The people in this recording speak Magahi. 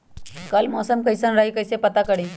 कल के मौसम कैसन रही कई से पता करी?